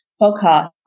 podcast